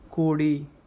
కుడి